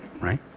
right